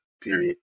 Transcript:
Period